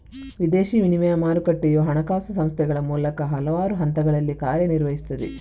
ವಿದೇಶಿ ವಿನಿಮಯ ಮಾರುಕಟ್ಟೆಯು ಹಣಕಾಸು ಸಂಸ್ಥೆಗಳ ಮೂಲಕ ಹಲವಾರು ಹಂತಗಳಲ್ಲಿ ಕಾರ್ಯ ನಿರ್ವಹಿಸುತ್ತದೆ